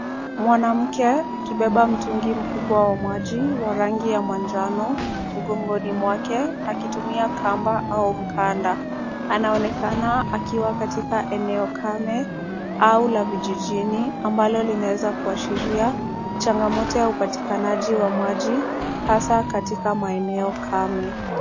Mwanamke akibeba mtungi mkubwa wa maji wa rangi ya manjano mgongoni mwake, akitumia kamba au mkanda. Anaonekana akiwa katika eneo kame au la vijijini ambalo linaweza kuashiria changamoto ya upatikanaji wa maji hasa katika maeneo kame.